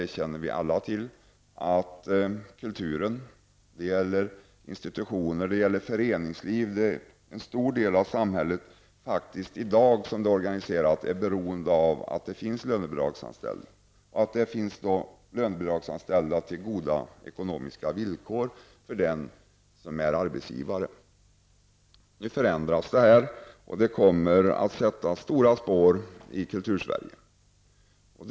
Vi känner alla till att kulturen i stor del av samhället -- det gäller både institutioner och föreningsliv -- är beroende av att lönebidragsanställning kan ske på goda ekonomiska villkor för arbetsgivaren. Detta förändras nu, och det kommer att sätta kraftiga spår i Kultursverige.